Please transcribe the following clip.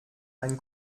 ein